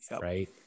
Right